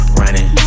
running